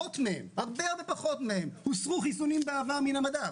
הרבה-הרבה פחות מהם הוסרו חיסונים בעבר מהמדף.